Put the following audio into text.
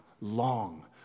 long